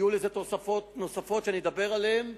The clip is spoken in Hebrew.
יהיו לזה תוספות נוספות, שאני אדבר עליהן,